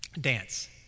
dance